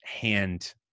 hand